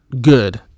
good